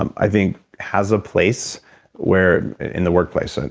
um i think, has a place where, in the workplace,